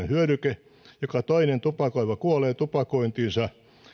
hyödyke joka toinen tupakoiva kuolee tupakointiinsa